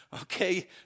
okay